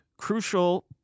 Crucial